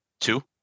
Two